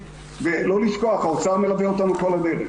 לא פשוט.